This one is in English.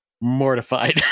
mortified